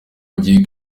agiye